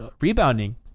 rebounding